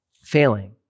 failing